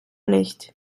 nicht